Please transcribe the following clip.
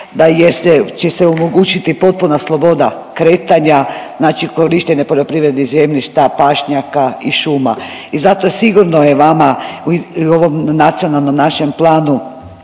da će se omogućiti potpuna sloboda kretanja, znači poljoprivrednih zemljišta, pašnjaka i šuma i zato sigurno je vama u ovom nacionalnom našem planu